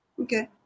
okay